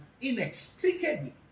inexplicably